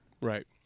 right